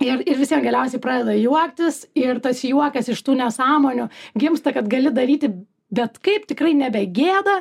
ir ir vis vien galiausiai pradeda juoktis ir tas juokiasi iš tų nesąmonių gimsta kad gali daryti bet kaip tikrai nebe gėda